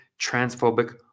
transphobic